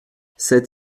sept